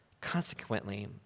consequently